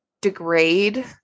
degrade